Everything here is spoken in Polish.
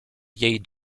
jej